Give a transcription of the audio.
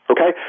Okay